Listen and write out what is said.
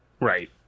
Right